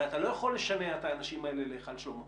הרי אתה לא יכול לשנע את האנשים האלה להיכל שלמה.